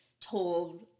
told